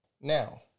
Now